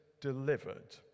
delivered